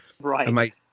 Right